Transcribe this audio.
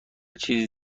چیز